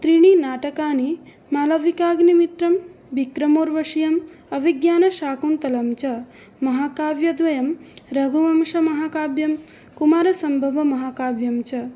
त्रीणि नाटकानि मालविकाग्निमित्रं विक्रमोर्वशीयं अभिज्ञानशाकुन्तलं च महाकाव्यद्वयं रघुवंशमहाकाव्यं कुमारसम्भवमहाकाव्यं च